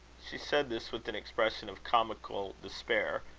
she said this with an expression of comical despair,